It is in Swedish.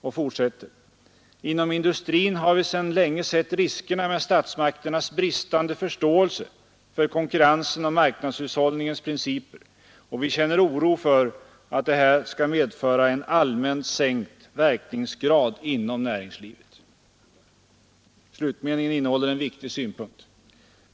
Och han fortsätter: ”Inom industrin har vi sedan länge sett riskerna med statsmakternas bristande förståelse för konkurrensen och marknadshushållningens principer, och vi känner oro för att detta skall medföra en allmänt sänkt verkningsgrad inom näringslivet.” Slutmeningen innehåller en viktig synpunkt.